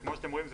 וכמו שאתם רואים,